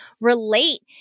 relate